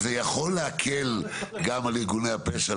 אבל פה זה בעצם ההוראה הבסיסית שמועד שליפת הפנקס מוקדם בשבוע